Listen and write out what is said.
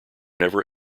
never